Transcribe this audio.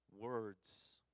words